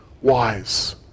wise